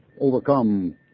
overcome